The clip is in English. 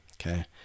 Okay